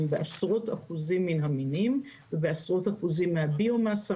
בעשרות אחוזים מין המינים ובעשרות אחוזים מהביומסה